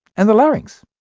and larynx.